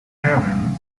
heaven